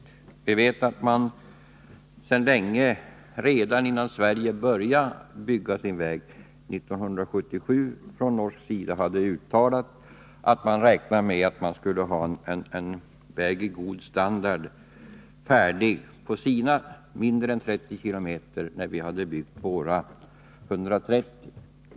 Vi vet att man sedan länge, redan innan Sverige började bygga sin del av vägen 1977, från norsk sida har uttalat att man räknade med att ha en väg av god standard färdig på den sträcka av mindre än 30 km som Norge skulle svara för, när vi hade byggt våra 130 km.